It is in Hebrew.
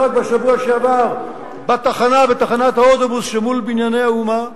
רק בשבוע שעבר בתחנת האוטובוס שמול "בנייני האומה".